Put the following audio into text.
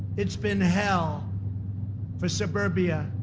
it's been hell for suburbia.